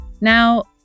Now